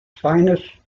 finest